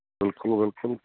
ਬਿਲਕੁਲ ਬਿਲਕੁਲ